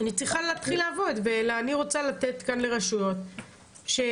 אני צריכה להתחיל לעבוד ואני רוצה לתת לרשויות את